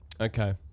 okay